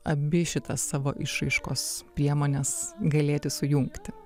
abi šitas savo išraiškos priemones galėti sujungti